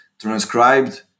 transcribed